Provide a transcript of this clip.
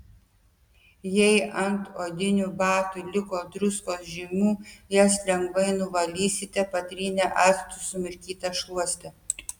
jei ant odinių batų liko druskos žymių jas lengvai nuvalysite patrynę actu sumirkyta šluoste